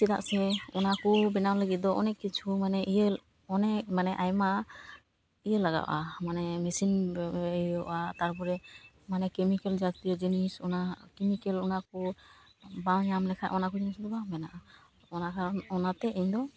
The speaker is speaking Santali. ᱪᱮᱫᱟᱜ ᱥᱮ ᱚᱱᱟ ᱠᱚ ᱵᱮᱱᱟᱣ ᱞᱟᱹᱜᱤᱫ ᱫᱚ ᱚᱱᱮᱠ ᱠᱤᱪᱷᱩ ᱢᱟᱱᱮ ᱤᱭᱟᱹ ᱚᱱᱮᱠ ᱢᱟᱱᱮ ᱟᱭᱢᱟ ᱤᱭᱟᱹ ᱞᱟᱜᱟᱜᱼᱟ ᱢᱟᱱᱮ ᱢᱮᱥᱤᱱ ᱦᱩᱭᱩᱜᱼᱟ ᱛᱟᱨᱯᱚᱨᱮ ᱢᱟᱱᱮ ᱠᱮᱢᱤᱠᱮᱞ ᱡᱟᱹᱛᱤᱭᱚ ᱡᱤᱱᱤᱥ ᱚᱱᱟ ᱠᱮᱢᱤᱠᱮᱞ ᱚᱱᱟ ᱠᱚ ᱵᱟᱝ ᱧᱟᱢ ᱞᱮᱠᱷᱟᱡ ᱚᱱᱟ ᱠᱚ ᱡᱤᱱᱤᱥ ᱫᱚ ᱵᱟᱝ ᱢᱮᱱᱟᱜᱼᱟ ᱚᱱᱟ ᱠᱟᱨᱚᱱ ᱚᱱᱟᱛᱮ ᱤᱧ ᱫᱚ